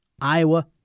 Iowa